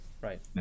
right